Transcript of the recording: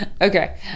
Okay